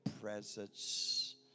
presence